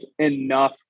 enough